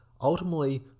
ultimately